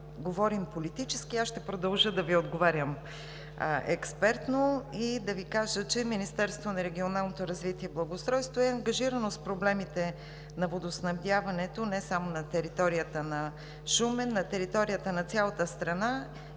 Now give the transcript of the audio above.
говорим политически, аз ще продължа да Ви отговарям експертно и да Ви кажа, че Министерството на регионалното развитие и благоустройството е ангажирано с проблемите на водоснабдяването не само на територията на Шумен, а на територията на цялата страна